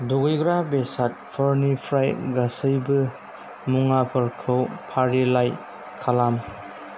दुगैग्रा बेसादफोरनिफ्राय गासैबो मुवाफोरखौ फारिलाइ खालाम